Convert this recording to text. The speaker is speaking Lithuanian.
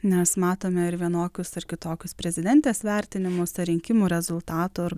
nes matome ir vienokius ar kitokius prezidentės vertinimus ir rinkimų rezultatų ir